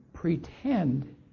Pretend